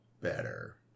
better